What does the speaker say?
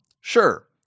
Sure